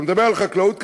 אני מדבר על חקלאות כרגע,